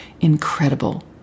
incredible